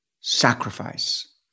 Sacrifice